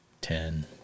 Ten